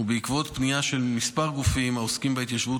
ובעקבות פנייה של מספר גופים העוסקים בהתיישבות,